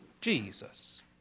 Jesus